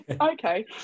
okay